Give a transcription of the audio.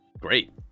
great